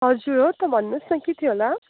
हजुर हो त भन्नुहोस् न के थियो होला